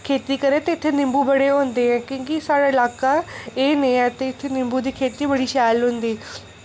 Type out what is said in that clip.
खेती करे ते इत्थै निम्बू बड़े होंदे की कि साढ़ा इलाका एह् नेहा ते इत्थै निम्बू दी खेती बड़ी शैल होंदी